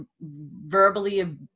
verbally